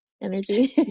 energy